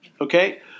okay